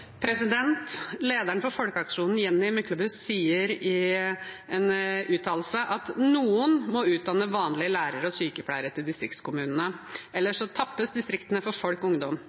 Lederen for folkeaksjonen, Jenny Myklebust, sier i en uttalelse at noen må utdanne vanlige lærere og sykepleiere til distriktskommunene, ellers tappes distriktene for folk og ungdom.